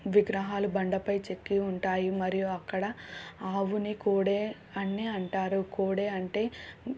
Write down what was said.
విగ్రహాలు బండపై చెక్కి ఉంటాయి మరియు అక్కడ ఆవుని కోడే అని అంటారు కోడే అంటే